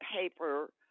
paper